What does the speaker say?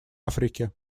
африки